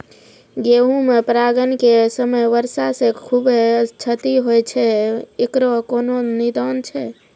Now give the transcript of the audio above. गेहूँ मे परागण के समय वर्षा से खुबे क्षति होय छैय इकरो कोनो निदान छै?